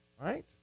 Right